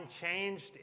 changed